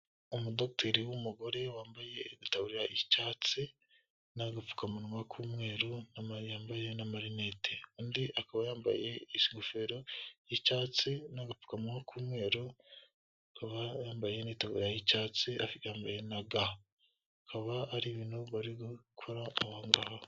Umudokiteri w'umugore wambaye itaburiya y'icyatsi n'agapfukamunwa k'umweru, yambaye n'amarinete, undi akaba yambaye ingofero y'icyatsi n'agapfukama k'umweru, akaba yambaye itaburiya y'icyatsi yambaye na ga akaba ari ibintu bari gukora mo aha ngaha.